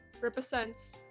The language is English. represents